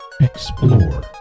Explore